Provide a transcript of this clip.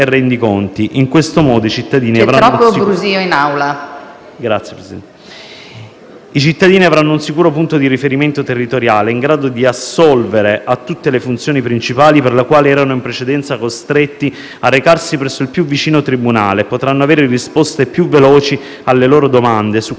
c'è troppo brusio in Aula.